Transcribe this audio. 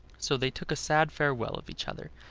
so they took a sad farewell of each other,